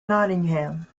nottingham